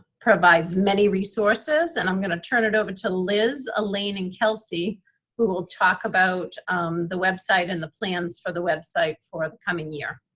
provides many resources, and i'm gonna turn it over to liz, elaine, and kelsey who will talk about um the website and the plans for the website for the coming year.